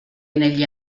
negli